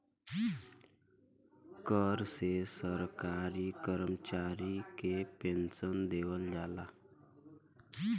कर से सरकारी करमचारी के पेन्सन देवल जाला